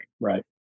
Right